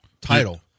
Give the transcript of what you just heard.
title